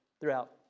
throughout